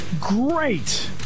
Great